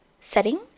setting